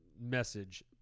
message